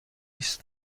است